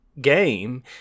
game